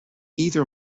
either